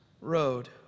road